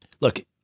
look